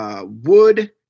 Wood